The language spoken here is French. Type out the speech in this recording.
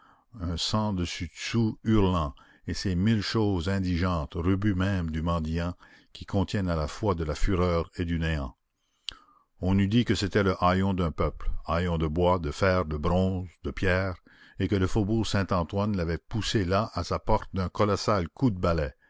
un sens dessus dessous hurlant et ces mille choses indigentes rebuts même du mendiant qui contiennent à la fois de la fureur et du néant on eût dit que c'était le haillon d'un peuple haillon de bois de fer de bronze de pierre et que le faubourg saint-antoine l'avait poussé là à sa porte d'un colossal coup de balai